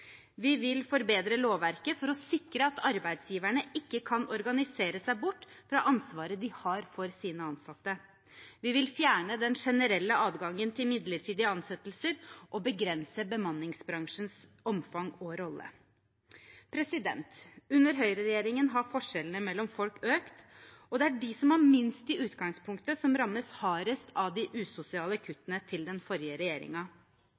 Vi vil forbedre lovverket for å sikre at arbeidsgiverne ikke kan organisere seg bort fra ansvaret de har for sine ansatte. Vi vil fjerne den generelle adgangen til midlertidige ansettelser og begrense bemanningsbransjens omfang og rolle. Under høyreregjeringen har forskjellene mellom folk økt, og det er de som har minst i utgangspunktet, som rammes hardest av de usosiale kuttene til den forrige